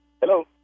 Hello